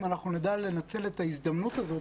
אם אנחנו נדע לנצל את ההזדמנות הזאת,